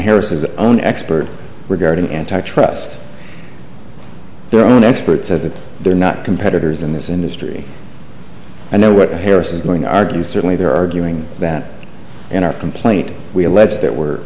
harris's own expert regarding antitrust their own expert said that they're not competitors in this industry and know what harris is going argue certainly they're arguing that in our complaint we allege that we're